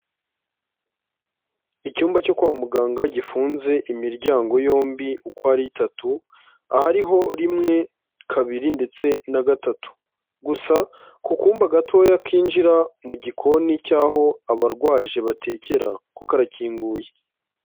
Icyumba cyo kwa muganga gifunze imiryango yombi uko ari itatu, ahariho rimwe, kabiri ndetse na gatatu, gusa ku kumba gatoya kinjira mu gikoni cy'aho abarwaje batekera ko karakinguye.